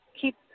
keep